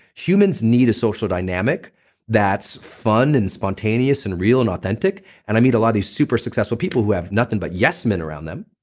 humans need a social dynamic that's fun, and spontaneous, and real, and authentic and i meet a lot of these super successful people who have nothing but yes men around them,